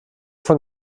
von